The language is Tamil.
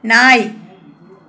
நாய்